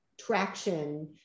traction